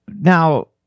Now